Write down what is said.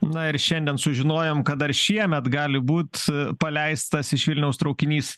na ir šiandien sužinojom kad dar šiemet gali būt paleistas iš vilniaus traukinys